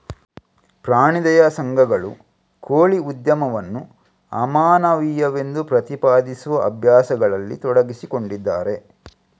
ಪ್ರಾಣಿ ದಯಾ ಸಂಘಗಳು ಕೋಳಿ ಉದ್ಯಮವನ್ನು ಅಮಾನವೀಯವೆಂದು ಪ್ರತಿಪಾದಿಸುವ ಅಭ್ಯಾಸಗಳಲ್ಲಿ ತೊಡಗಿಸಿಕೊಂಡಿದ್ದಾರೆ